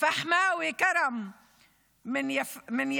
פחמאווי כרם מיפיע,